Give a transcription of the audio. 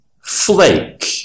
Flake